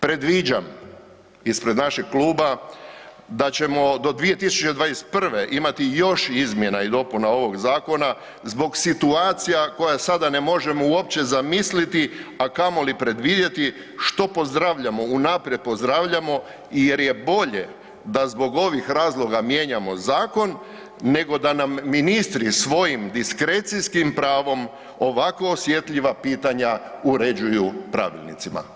Predviđam, ispred našeg kluba, da ćemo do 2021. imati još izmjena i dopuna ovog zakona zbog situacija koja sada ne možemo uopće zamisliti, a kamoli predvidjeti što pozdravljamo unaprijed, unaprijed pozdravljamo jer je bolje da zbog ovih razloga mijenjamo zakon nego da nam ministri svojim diskrecijskim pravom ovako osjetljiva pitanja uređuju pravilnicima.